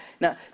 Now